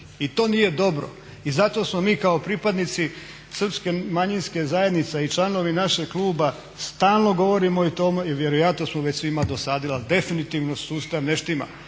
I to nije dobro i zato smo mi kao pripadnici srpske manjinske zajednice i članovi našeg kluba stalno govorimo i vjerojatno smo već svima dosadili, a definitivno sustav ne štima.